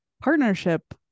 partnership